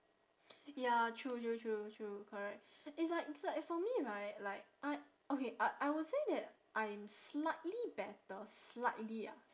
ya true true true true correct it's like it's like for me right like okay uh I would say that I'm slightly better slightly ah